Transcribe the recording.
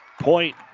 Point